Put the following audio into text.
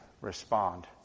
respond